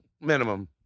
Minimum